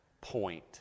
point